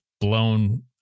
blown